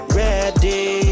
ready